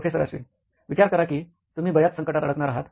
professor Ashwin विचार करा की तुम्ही बर्याच संकटांत अडकणार आहात